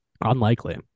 Unlikely